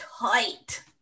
tight